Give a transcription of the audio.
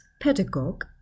pedagogue